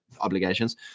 obligations